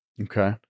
Okay